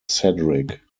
cedric